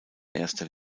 erster